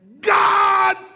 God